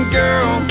girl